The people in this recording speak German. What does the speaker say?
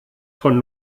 von